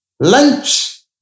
Lunch